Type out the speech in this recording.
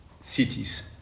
cities